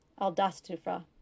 Aldastufra